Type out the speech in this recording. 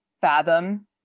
fathom